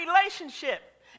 relationship